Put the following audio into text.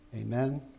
Amen